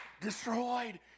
destroyed